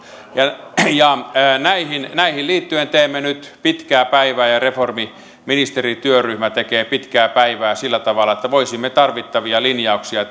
näihin näihin liittyen teemme nyt pitkää päivää ja reformiministerityöryhmä tekee pitkää päivää sillä tavalla että voisimme tarvittavia linjauksia